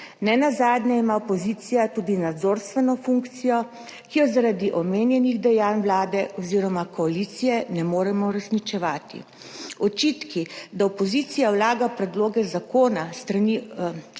Nenazadnje ima opozicija tudi nadzorstveno funkcijo, ki jo zaradi omenjenih dejanj Vlade oziroma koalicije ne moremo uresničevati. Očitki, da opozicija vlaga predloge zakona s strani